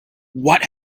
what